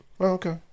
okay